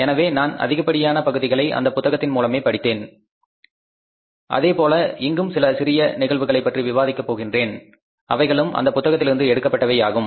எனவே நான் அதிகப்படியான பகுதிகளை அந்தப் புத்தகத்தின் மூலமே முடித்தேன் அதே போல இங்கும் சில சிறிய நிகழ்வுகளை பற்றி விவாதிக்க போகின்றேன் அவைகளும் அந்த புத்தகத்திலிருந்து எடுக்கப்பட்டவை ஆகும்